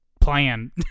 plan